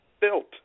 built